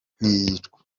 ntiyicwa